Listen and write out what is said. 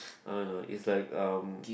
uh no is like uh